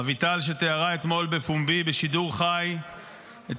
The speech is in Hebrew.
אביטל שתיארה אתמול בפומבי בשידור חי את